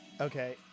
Okay